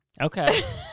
Okay